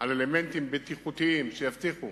באלמנטים בטיחותיים, שיבטיחו